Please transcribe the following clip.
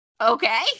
Okay